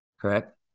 Correct